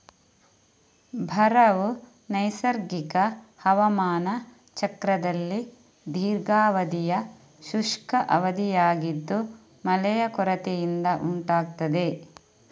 ಬರವು ನೈಸರ್ಗಿಕ ಹವಾಮಾನ ಚಕ್ರದಲ್ಲಿ ದೀರ್ಘಾವಧಿಯ ಶುಷ್ಕ ಅವಧಿಯಾಗಿದ್ದು ಮಳೆಯ ಕೊರತೆಯಿಂದ ಉಂಟಾಗ್ತದೆ